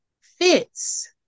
fits